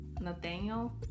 Nathaniel